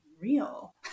real